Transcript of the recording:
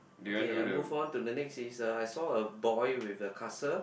okay I move on to the next is the I saw a boy with a castle